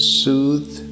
soothe